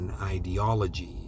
ideology